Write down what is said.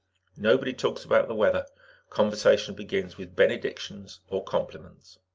nobody talks about the weather conversation begins with benedictions or compliments.